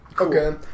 Okay